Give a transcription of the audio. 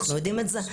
אנחנו יודעים את זה,